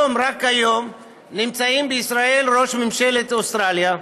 רק היום נמצא בישראל ראש ממשלת אוסטרליה,